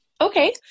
Okay